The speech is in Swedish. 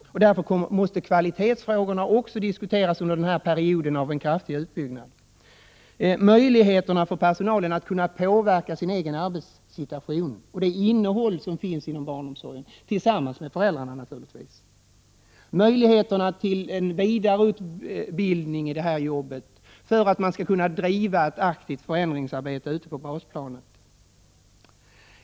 Därför måste kvalitetsfrågorna också diskuteras under denna period av kraftig utbyggnad. Möjligheterna för personalen att påverka sin egen arbetssituation och innehållet i barnomsorgen, naturligtvis tillsammans med föräldrarna, är av betydelse, liksom möjligheterna till vidareutbildning, för att man skall kunna driva ett aktivt förändringsarbete ute på basplanet.